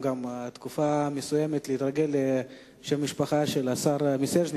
ובאותה הזדמנות גם לא לפגוע באחיות ובאלה שנתנו את השירות הזה.